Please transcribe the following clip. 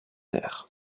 air